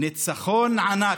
ניצחון ענק.